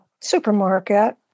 supermarket